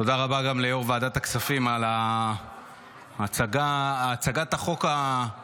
תודה רבה גם ליו"ר ועדת הכספים על הצגת הצעת החוק הרהוטה.